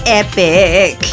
epic